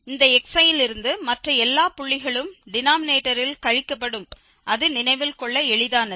இந்த xi இலிருந்து மற்ற எல்லா புள்ளிகளும் டினாமினேட்டரில் கழிக்கப்படும் அது நினைவில் கொள்ள எளிதானது